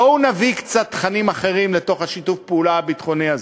בואו נביא קצת תכנים אחרים לתוך שיתוף הפעולה הביטחוני הזה.